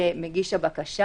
למגיש הבקשה,